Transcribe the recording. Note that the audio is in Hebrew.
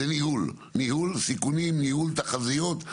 זה ניהול, ניהול סיכונים, ניהול תחזיות.